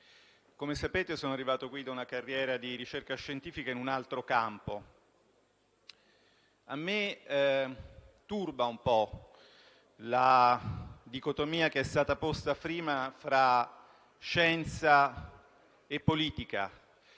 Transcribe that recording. Come sapete, sono arrivato qui da una carriera di ricerca scientifica in un altro campo. A me turba un po' la dicotomia posta prima fra scienza e politica,